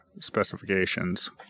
specifications